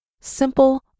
simple